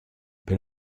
per